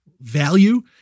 value